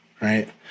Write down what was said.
right